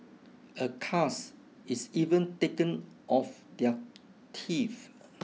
a cast is even taken of their teeth